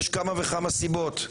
יש כמה וכמה סיבות.